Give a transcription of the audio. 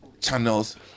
channels